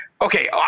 okay